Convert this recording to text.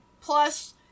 plus